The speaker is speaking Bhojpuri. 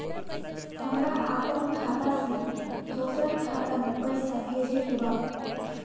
हमरा आपन खाता से दोसरा खाता में पइसा भेजे के बा